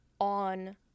on